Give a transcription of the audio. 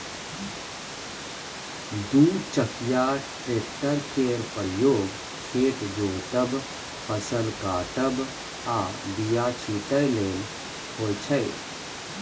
दु चकिया टेक्टर केर प्रयोग खेत जोतब, फसल काटब आ बीया छिटय लेल होइ छै